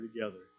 together